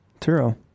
Turo